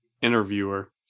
interviewer